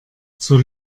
zur